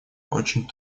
очень